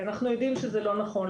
אנחנו יודעים שזה לא נכון,